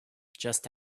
just